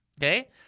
okay